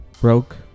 broke